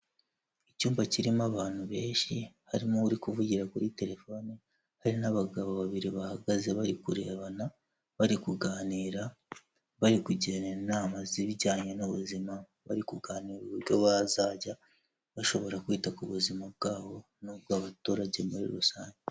Icyumba kirimo abantu benshi harimo uri kuvugira kuri telefone, hari n'abagabo babiri bahagaze bari kurebana bari kuganira, bari kugirana inama z'ibijyanye n'ubuzima, bari kuganira uburyo bazajya bashobora kwita ku buzima bwabo n'ubw'abaturage muri rusange.